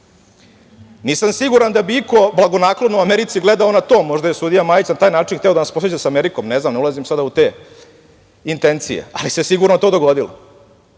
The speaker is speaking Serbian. siguran da bi iko blagonaklono Americi gledao na to, možda je sudija Majić na taj način hteo da nas posvađa sa Amerikom. Ne znam, ne ulazim u te intencije, ali se sigurno to dogodilo. Zato